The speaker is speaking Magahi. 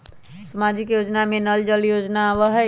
सामाजिक योजना में नल जल योजना आवहई?